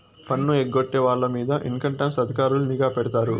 పన్ను ఎగ్గొట్టే వాళ్ళ మీద ఇన్కంటాక్స్ అధికారులు నిఘా పెడతారు